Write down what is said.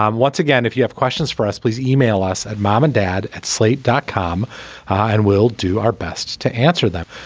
um once again if you have questions for us please email us mom and dad at slate dot com and we'll do our best to answer them.